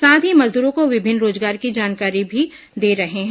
साथ ही मजदुरों को विभिन्न रोजगार की जानकारी भी दे रहे हैं